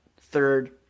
third